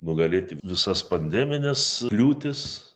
nugalėti visas pandemines kliūtis